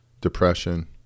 depression